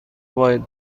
باید